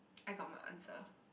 I got my answer